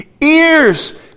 Ears